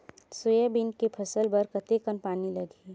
Soybean के फसल बर कतेक कन पानी लगही?